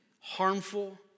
harmful